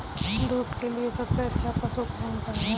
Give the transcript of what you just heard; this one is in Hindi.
दूध के लिए सबसे अच्छा पशु कौनसा है?